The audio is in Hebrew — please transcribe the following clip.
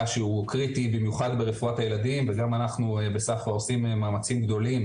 שהוא קריטי במיוחד ברפואת הילדים וגם אנחנו עושים מאמצים גדולים